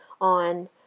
on